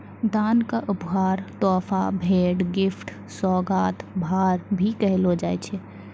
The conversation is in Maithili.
दान क उपहार, तोहफा, भेंट, गिफ्ट, सोगात, भार, भी कहलो जाय छै